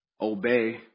Obey